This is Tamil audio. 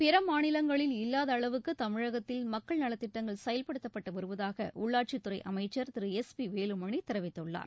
பிற மாநிலங்களில் இல்லாத அளவுக்கு தமிழகத்தில் மக்கள் நலத் திட்டங்கள் செயல்படுத்தப்பட்டு வருவதாக உள்ளாட்சித் துறை அமைச்சர் திரு எஸ் பி வேலுமணி தெரிவித்துள்ளார்